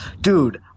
Dude